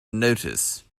notice